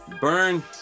burn